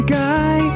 guy